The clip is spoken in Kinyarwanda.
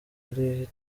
ari